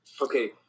Okay